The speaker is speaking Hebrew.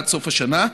עד סוף השנה,